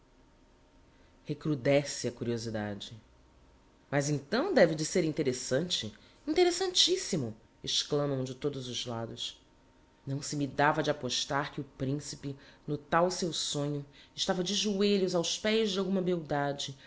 recrudesce a curiosidade mas então deve de ser interessante interessantissimo exclamam de todos os lados não se me dava de apostar que o principe no tal seu sônho estava de joelhos aos pés de alguma beldade